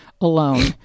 alone